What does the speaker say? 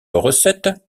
recette